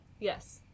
Yes